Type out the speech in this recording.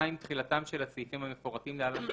"(2)תחילתם של הסעיפים המפורטים להלן,